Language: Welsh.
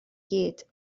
gyd